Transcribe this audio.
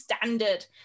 Standard